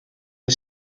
est